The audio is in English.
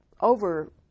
over